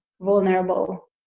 vulnerable